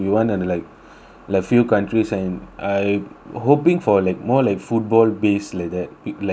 like few countries and I hoping for like more like football base like that be like england